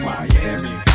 Miami